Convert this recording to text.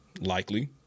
Likely